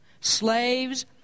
Slaves